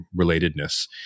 relatedness